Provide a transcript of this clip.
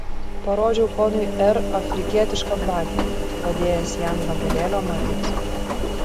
parodžiau ponui r afrikietišką blakę padėjęs ją ant gabalėlio marlės